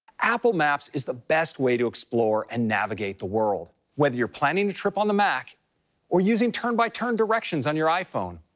apple maps is the best way to explore and navigate the world, whether you're planning a trip on the mac or using turn-by-turn directions on your iphone.